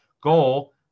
goal